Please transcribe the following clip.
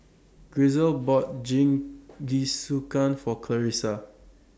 Grisel bought Jingisukan For Clarisa